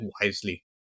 wisely